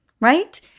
right